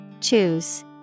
Choose